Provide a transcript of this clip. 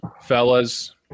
fellas